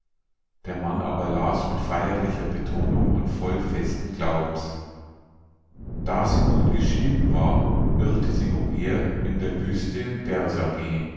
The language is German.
der mann aber las mit feierlicher betonung und voll festen glaubens da sie nun geschieden war irrte sie umher in der wüste